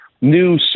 new